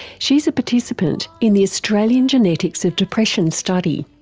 she's a participant in the australian genetics of depression study.